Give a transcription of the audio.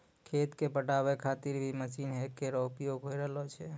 खेत क पटावै खातिर भी मसीन केरो प्रयोग होय रहलो छै